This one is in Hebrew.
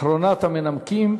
אחרונת המנמקים.